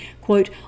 quote